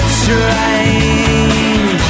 strange